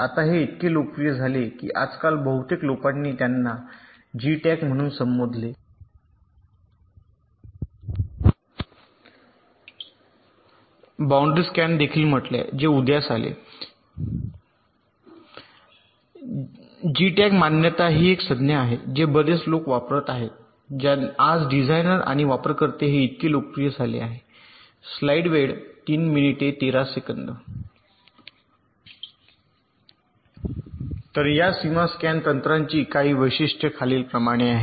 आता हे इतके लोकप्रिय झाले की आजकाल बहुतेक लोकांनी त्यांना JTAG म्हणून संबोधले मानक JTAG पोर्ट JTAG मानक जे एक संज्ञा आहे जे बरेच लोक वापरत आहेत आज डिझाइनर आणि वापरकर्ते हे इतके लोकप्रिय झाले आहे तर या सीमा स्कॅन तंत्राची काही वैशिष्ट्ये खालीलप्रमाणे आहेत